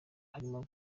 harimo